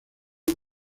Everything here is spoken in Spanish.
más